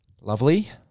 lovely